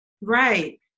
Right